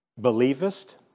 Believest